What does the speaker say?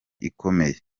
ikomeye